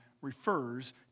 refers